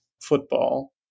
football